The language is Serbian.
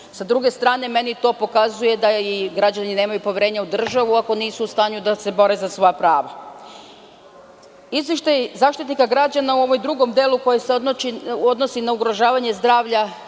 druge strane, meni to pokazuje da i građani nemaju poverenja u državu ako nisu u stanju da se bore za svoja prava. Izveštaj Zaštitnika građana u ovom drugom delu, koji se odnosi na ugrožavanje zdravlja